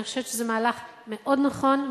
אני חושבת שזה מהלך מאוד נכון,